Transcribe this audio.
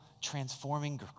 transforming